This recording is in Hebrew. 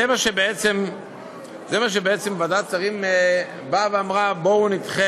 זה בעצם מה שוועדת השרים באה ואמרה: בואו נדחה